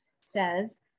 says